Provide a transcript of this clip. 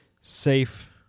safe